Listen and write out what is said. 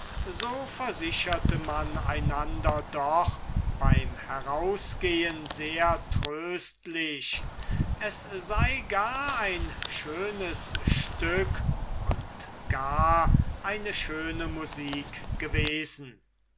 so versicherte man einander doch beim herausgehen sehr tröstlich es sei gar ein schönes stück und gar eine schöne musik gewesen